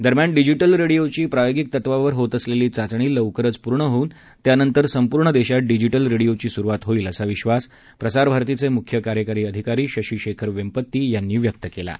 दरम्यान डिजीटल रेडिओची प्रायोगिक तत्वावर होत असलेली चाचणी लवकरच पूर्ण होऊन त्यानंतर संपूर्ण देशात डिजिटल रेडिओची सुरुवात होईल असा विधास प्रसारभारतीचे मुख्य कार्यकारी अधिकारी शशीशेखर वेंपती यांनी व्यक्त केला आहे